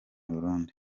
burundi